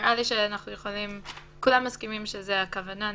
נראה לי שכולם מסכימים שזאת הכוונה.